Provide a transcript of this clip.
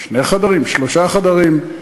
שני חדרים, שלושה חדרים,